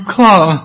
car